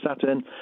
Saturn